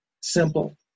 simple